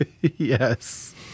Yes